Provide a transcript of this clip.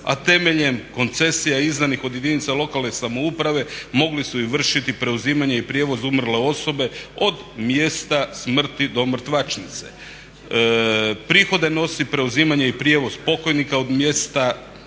a temeljem koncesija izdanih od jedinica lokalne samouprave mogli su i vršiti preuzimanje i prijevoz umrle osobe od mjesta smrti do mrtvačnice. Prihode nosi preuzimanje i prijevoz pokojnika od mjesta smrti